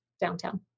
downtown